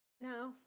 No